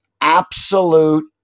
Absolute